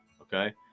Okay